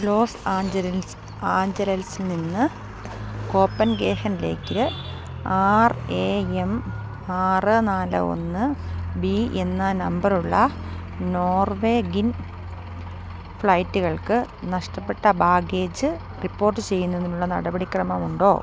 loss Angeles ആഞ്ചലൻസിൽ നിന്ന് Copenhagen ലേക്ക് ആർ എ എം ആറ് നാല് ഒന്ന് ബി എന്ന നമ്പറുള്ള നോർവേ ഗിൻ ഫ്ലൈറ്റുകൾക്ക് നഷ്ടപ്പെട്ട ബാഗേജ് റിപ്പോർട്ട് ചെയ്യുന്നതിനുള്ള നടപടി ക്രമം ഉണ്ടോ